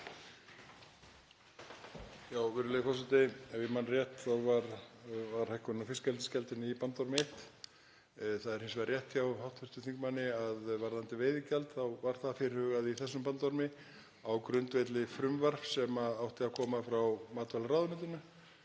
Virðulegi forseti. Ef ég man rétt var hækkun á fiskeldisgjaldinu í bandormi. Það er hins vegar rétt hjá hv. þingmanni að varðandi veiðigjald þá var það fyrirhugað í þessum bandormi á grundvelli frumvarps sem átti að koma frá matvælaráðuneytinu.